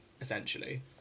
essentially